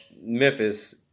Memphis